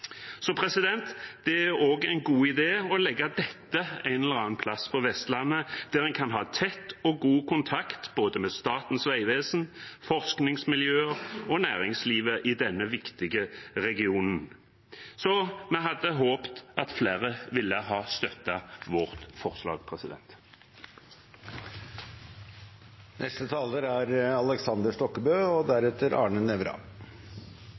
Det er også en god idé å legge dette en eller annen plass på Vestlandet, der en kan ha tett og god kontakt med både Statens vegvesen, forskningsmiljøer og næringslivet i denne viktige regionen. Vi hadde håpet at flere ville ha støttet vårt forslag.